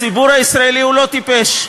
הציבור הישראלי הוא לא טיפש,